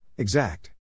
Exact